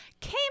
came